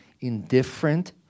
indifferent